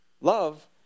love